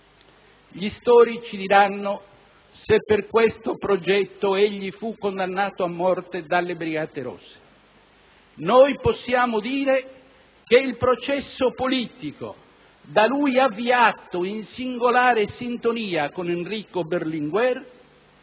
Gli storici diranno se per questo progetto egli fu condannato a morte dalle brigate rosse. Noi possiamo dire che il processo politico, da lui avviato in singolare sintonia con Enrico Berlinguer,